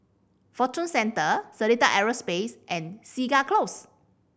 Fortune Centre Seletar Aerospace and Segar Close